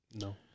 No